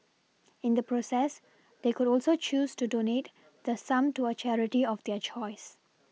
in the process they could also choose to donate the sum to a charity of their choice